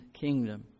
kingdom